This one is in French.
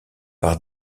par